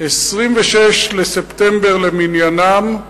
26 בספטמבר למניינם,